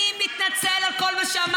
אני מתנצל על כל מה שאמרתי,